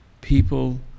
people